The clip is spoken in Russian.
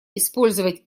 использовать